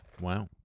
Wow